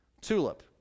TULIP